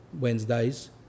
Wednesdays